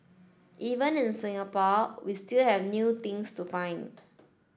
even in Singapore we still have new things to find